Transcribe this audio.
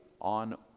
on